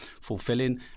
fulfilling